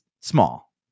small